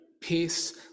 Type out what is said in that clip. peace